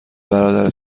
برادر